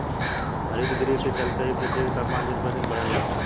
हरितगृह के चलते ही पृथ्वी के तापमान दिन पर दिन बढ़ल जाता